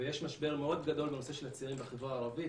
ויש משבר מאוד גדול בנושא של הצעירים בחברה הערבית,